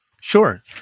sure